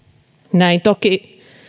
näin toki